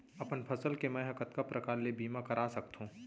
अपन फसल के मै ह कतका प्रकार ले बीमा करा सकथो?